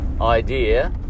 idea